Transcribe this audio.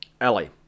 Ellie